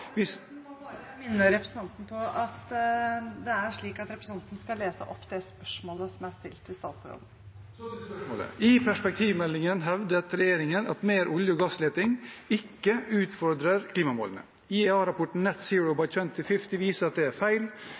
må bare minne representanten om at representanten skal lese opp det spørsmålet som er stilt til statsråden. Så til spørsmålet: «I perspektivmeldingen hevdet regjeringen at mer olje- og gassleting ikke utfordrer klimamålene. IEA-rapporten Net Zero by 2050 viser at det er feil.